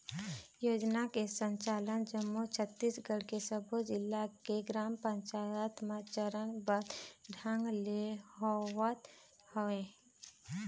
योजना के संचालन जम्मो छत्तीसगढ़ के सब्बो जिला के ग्राम पंचायत म चरनबद्ध ढंग ले होवत हवय